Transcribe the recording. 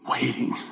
waiting